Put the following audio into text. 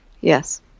Yes